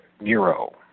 Nero